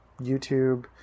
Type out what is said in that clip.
YouTube